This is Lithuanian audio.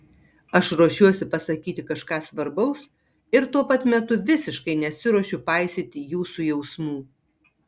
aš ruošiuosi pasakyti kažką svarbaus ir tuo pat metu visiškai nesiruošiu paisyti jūsų jausmų